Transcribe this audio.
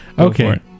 Okay